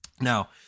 now